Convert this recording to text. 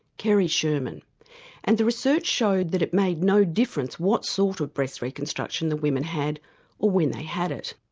kerry sherman and the research showed that it made no difference what sort of breast reconstruction the women had or when they had it.